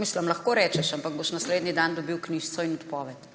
Mislim, lahko rečeš, ampak boš naslednji dan dobil knjižico in odpoved.